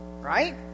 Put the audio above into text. right